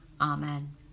Amen